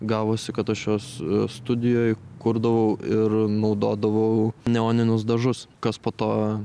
gavosi kad aš juos studijoj kurdavau ir naudodavau neoninius dažus kas po to